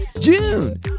June